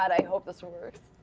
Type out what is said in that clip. i hope this works.